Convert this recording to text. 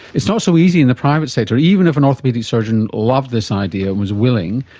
it's not so easy in the private sector, even if an orthopaedic surgeon loved this idea and was willing,